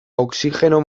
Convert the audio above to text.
oxigeno